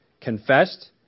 confessed